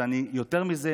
ויותר מזה,